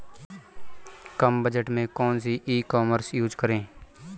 कम budget में कौन सी ई कॉमर्स यूज़ करें?